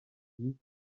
nivell